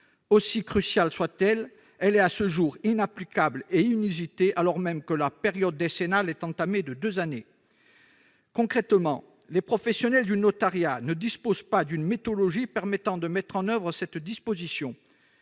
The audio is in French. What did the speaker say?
Aussi cruciale soit-elle, elle est à ce jour inapplicable et inusitée, alors même que la période décennale est entamée de deux années. Concrètement, les professionnels du notariat ne disposent pas d'une méthodologie permettant de mettre en oeuvre cette disposition.